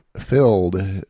filled